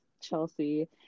chelsea